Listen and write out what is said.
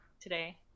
today